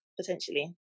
potentially